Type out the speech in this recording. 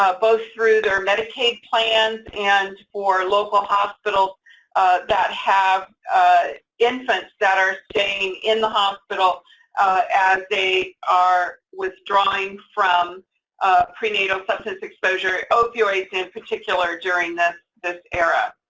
ah both through their medicaid plan and for local hospitals that have infants that are staying in the hospital as they are withdrawing from prenatal substance exposure, opioids in particular, during this this era.